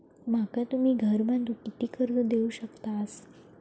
माका तुम्ही घर बांधूक किती कर्ज देवू शकतास?